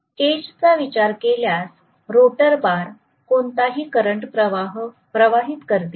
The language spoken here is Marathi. केजचा विचार केल्यास रोटर बार कोणताही करंट प्रवाहित करतील